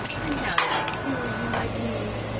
and how did i cure you, my beauty?